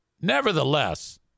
Nevertheless